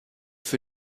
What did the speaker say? für